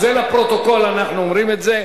אז זה לפרוטוקול, אנחנו אומרים את זה.